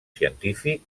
científic